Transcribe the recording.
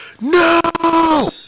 No